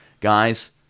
Guys